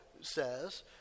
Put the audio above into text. says